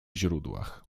źródłach